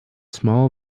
small